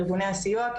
ארגוני הסיוע,